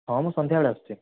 ହଁ ମୁଁ ସନ୍ଧ୍ୟାବେଳେ ଆସୁଛି